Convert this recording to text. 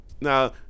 Now